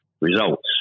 results